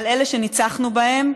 על אלה שניצחנו בהם,